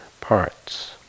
parts